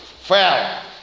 fell